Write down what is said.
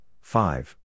five